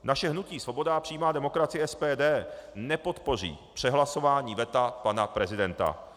Naše hnutí Svoboda a přímá demokracie, SPD, nepodpoří přehlasování veta pana prezidenta.